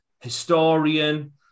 historian